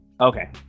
Okay